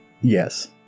Yes